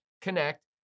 connect